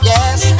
Yes